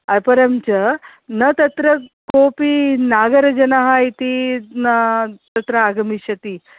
अपरं च न तत्र कोपि नगरजनाः इति न तत्र आगमिष्यति